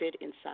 inside